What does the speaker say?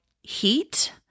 heat